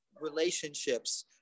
relationships